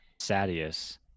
sadius